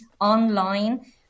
online